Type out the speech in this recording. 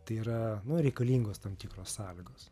tai yra nu reikalingos tam tikros sąlygos